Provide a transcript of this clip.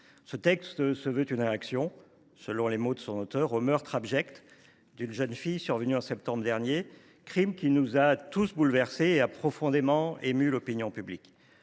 Ce texte se veut une réaction, selon les mots de son auteure, au meurtre abject d’une jeune fille survenu en septembre dernier, crime qui nous a tous bouleversés et qui a profondément ému l’opinion publique.